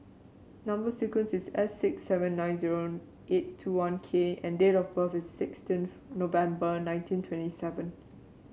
number sequence is S six seven nine zero eight two one K and date of birth is sixteenth November nineteen twenty seven